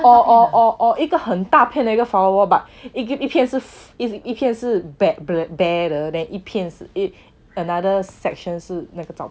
or or or or 一个很大片的一个 flower wall but 一个一片是 bare 的 than 一片是 another section 是那个照片